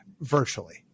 virtually